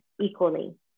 equally